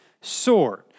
sword